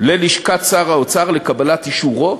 ללשכת שר האוצר לקבלת אישורו,